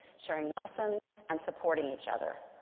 sharing lessons and supporting each other.